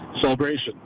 celebration